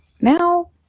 now